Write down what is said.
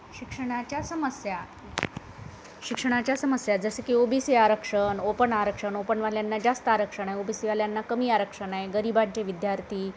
शिक्षणाच्या समस्या शिक्षणाच्या समस्या जसे की ओ बी सी आरक्षण ओपन आरक्षण ओपनवाल्यांना जास्त आरक्षण आहे ओ बी सीवाल्यांना कमी आरक्षण आहे गरीब जे विद्यार्थी